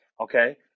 Okay